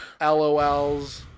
LOLs